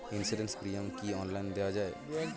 Insurance premium কি online দেওয়া যায়?